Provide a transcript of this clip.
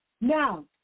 Now